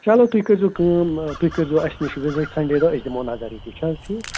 چلو تُہۍ کٔرۍزیو کٲم تُہۍ کٔرۍزیو اَسہِ نِش وِزِٹ سنٛڈے دۄہ أسۍ دِمو نظر ییٚتی چھِ حظ ٹھیٖک